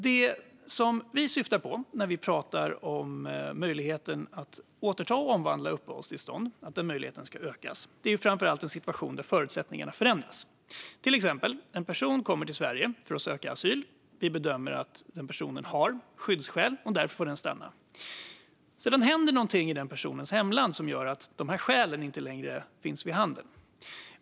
Det vi syftar på när vi pratar om att öka möjligheten att återta och omvandla uppehållstillstånd är framför allt i en situation när förutsättningarna förändrats. Låt mig ta ett exempel: En person kommer till Sverige för att söka asyl. Vi bedömer att personen har skyddsskäl och därför ska få stanna. Sedan händer något i personens hemland som gör att dessa skäl inte längre finns vid handen.